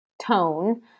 tone